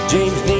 James